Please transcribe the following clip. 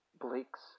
Blake's